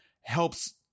helps